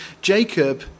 Jacob